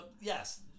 yes